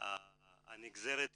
והנגזרת היא,